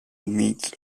meets